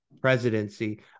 presidency